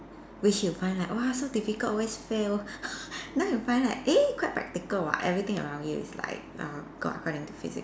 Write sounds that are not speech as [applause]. which you find like !wah! so difficult always fail [laughs] now you find like eh quite practical [what] everything around you is like err got according Physics